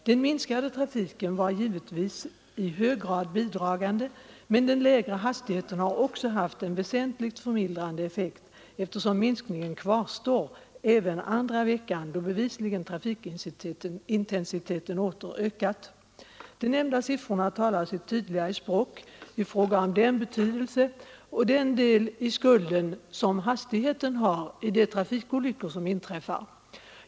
Den minskade trafiken var givetvis i hög grad bidragande, men den lägre hastigheten har också haft en väsentligt mildrande effekt, eftersom minskningen kvarstår även andra veckan, då trafikintensiteten bevisligen åter ökat. De nämnda siffrorna talar sitt tydliga språk i fråga om den betydelse och den del i skulden som hastigheten har i de trafikolyckor som inträffar.